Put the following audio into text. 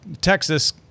Texas